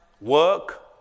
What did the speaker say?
work